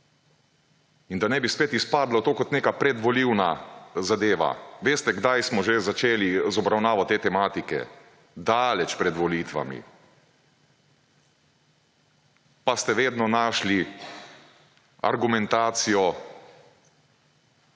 in da ne bi spet izpadlo to kot neka predvolilna zadeva, veste, kdaj smo že začeli z obravnavo te tematike, daleč pred volitvami, pa ste vedno našli argumentacijo,